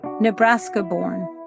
Nebraska-born